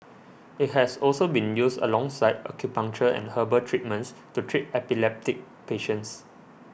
it has also been used alongside acupuncture and herbal treatments to treat epileptic patients